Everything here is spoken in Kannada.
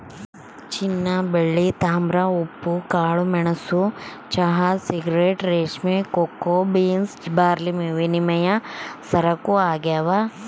ಚಿನ್ನಬೆಳ್ಳಿ ತಾಮ್ರ ಉಪ್ಪು ಕಾಳುಮೆಣಸು ಚಹಾ ಸಿಗರೇಟ್ ರೇಷ್ಮೆ ಕೋಕೋ ಬೀನ್ಸ್ ಬಾರ್ಲಿವಿನಿಮಯ ಸರಕು ಆಗ್ಯಾವ